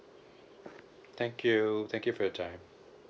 thank you thank you for your time